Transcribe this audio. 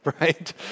right